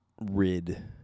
rid